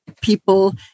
people